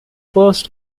first